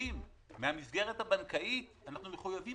חורגים מן המסגרת הבנקאית אנחנו מחויבים